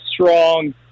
strong